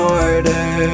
order